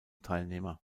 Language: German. teilnehmer